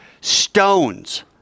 stones